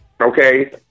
Okay